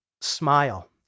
smile